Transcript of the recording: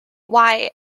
why